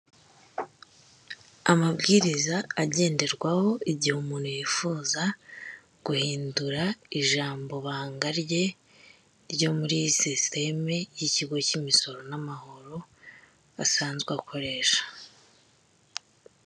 Amabwiriza agenderwaho igihe umuntu yifuza guhindura ijambobanga rye ryo muri sisiteme y'ikigo cy'imisoro n'amahoro asanzwe akoresha.